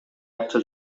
акча